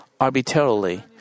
arbitrarily